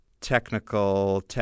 technical